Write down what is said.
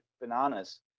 bananas